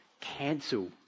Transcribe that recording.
cancel